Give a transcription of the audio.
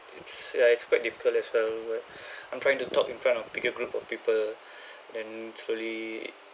it's ya it's quite difficult as well but I'm trying to talk in front of bigger group of people then slowly